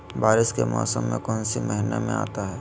बारिस के मौसम कौन सी महीने में आता है?